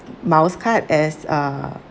miles card as uh